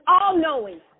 all-knowing